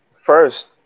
first